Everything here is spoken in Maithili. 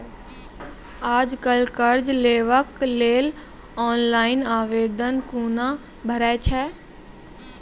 आज कल कर्ज लेवाक लेल ऑनलाइन आवेदन कूना भरै छै?